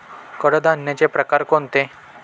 कडधान्याचे प्रकार कोणते?